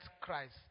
Christ